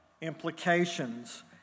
Implications